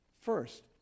First